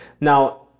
Now